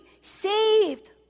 saved